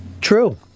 True